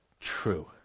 True